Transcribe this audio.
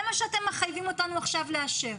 זה מה שאתם מחייבים אותנו עכשיו לאשר.